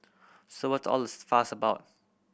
so what's all the fuss about